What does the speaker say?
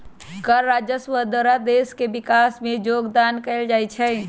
कर राजस्व द्वारा देश के विकास में जोगदान कएल जाइ छइ